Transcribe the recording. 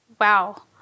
wow